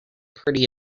pretty